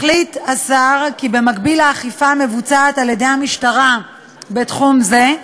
החליט השר כי במקביל לאכיפה המבוצעת על-ידי המשטרה בתחום זה,